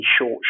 short